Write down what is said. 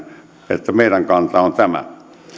että meidän kantamme on tämä